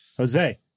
Jose